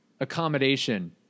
accommodation